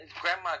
grandma